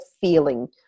feeling